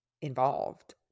involved